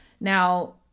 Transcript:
Now